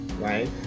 right